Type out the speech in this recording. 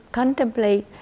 contemplate